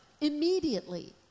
immediately